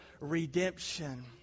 redemption